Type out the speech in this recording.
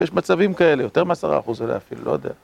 יש מצבים כאלה, יותר מעשרה אחוז אפילו, לא יודע.